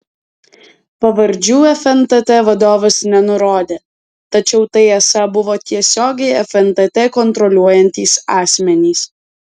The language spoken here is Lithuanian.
pavardžių fntt vadovas nenurodė tačiau tai esą buvo tiesiogiai fntt kontroliuojantys asmenys